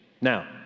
Now